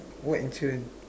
what insurance